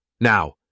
Now